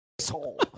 asshole